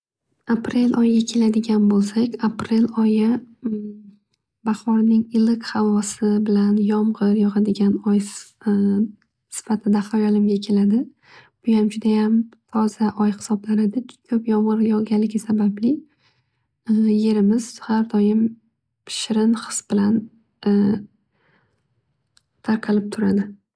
Aprel oyiga keladigan bo'lsak aprel oyi bahorning iliq havosi bilan yomg'ir yog'adigan oy sifatida hayolimga keladi. Buyam judayam toza oy hisoblanadi ko'p yomg'ir yog'ganligi sababli yerimiz har doim shirin his bilan tarqalib turadi.